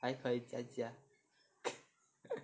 还可以再加